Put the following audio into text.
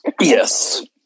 Yes